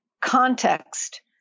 context